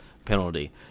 penalty